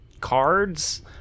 cards